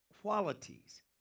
qualities